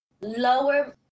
lower